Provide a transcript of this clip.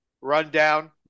rundown